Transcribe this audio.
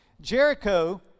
Jericho